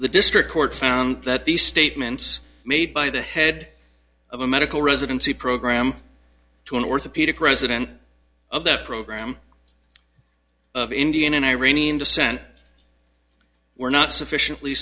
the district court found that the statements made by the head of a medical residency program to an orthopedic resident of the program of indian and iranian descent were not sufficiently